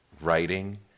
writing